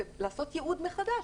ולעשות ייעוד מחדש.